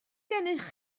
gennych